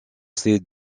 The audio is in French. ces